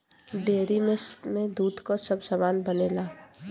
dairy में दूध क सब सामान बनेला